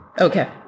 Okay